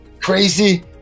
crazy